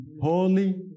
Holy